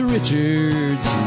Richards